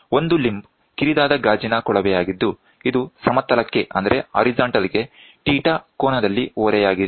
ಒಂದು ಲಿಂಬ್ ವು ಕಿರಿದಾದ ಗಾಜಿನ ಕೊಳವೆಯಾಗಿದ್ದು ಇದು ಸಮತಲಕ್ಕೆ θ ಕೋನದಲ್ಲಿ ಓರೆಯಾಗಿದೆ